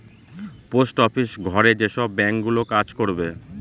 post office ঘরে যেসব bank গুলো কাজ করবে